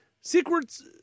Secrets